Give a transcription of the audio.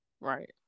Right